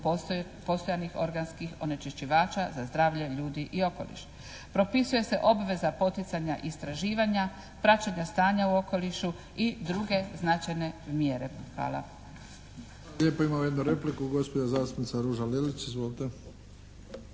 postojanih organskih onečišćivaća za zdravlje ljudi i okoliša. Propisuje se obveza poticanja istraživanja, praćenja stanja u okolišu i druge značajne mjere. Hvala.